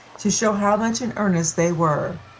to show how much in earnest they were.